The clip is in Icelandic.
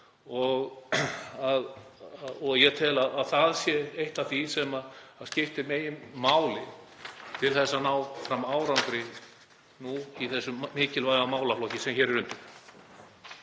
Ég tel að það sé eitt af því sem skiptir meginmáli til að ná fram árangri núna í þessum mikilvæga málaflokki sem hér er undir.